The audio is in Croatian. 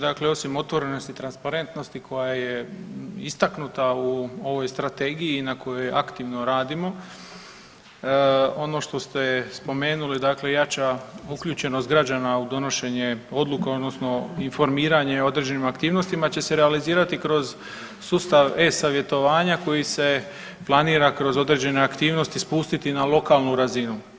Dakle, osim otvorenosti i transparentnosti koja je istaknuta u ovoj strategiji i na kojoj aktivno radimo, ono što ste spomenuli dakle jača uključenost građana u donošenje odluka odnosno informiranje određenim aktivnostima će se realizirati kroz sustav e-savjetovanja koji se planira kroz određene aktivnosti spustiti na lokalnu razinu.